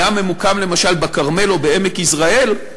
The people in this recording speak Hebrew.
היה ממוקם למשל בכרמל או בעמק יזרעאל,